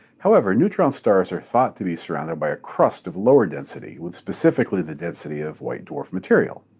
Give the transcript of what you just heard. however, neutron stars are thought to be surrounded by a crust of lower density with specifically the density of white dwarf material.